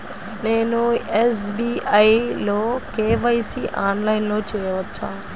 నేను ఎస్.బీ.ఐ లో కే.వై.సి ఆన్లైన్లో చేయవచ్చా?